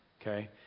Okay